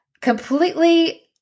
completely